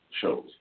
shows